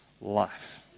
life